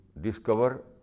discover